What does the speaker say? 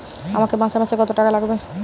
আমাকে মাসে মাসে কত টাকা লাগবে?